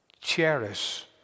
cherish